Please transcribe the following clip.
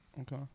Okay